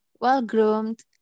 well-groomed